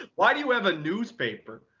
ah why do you have a newspaper?